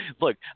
look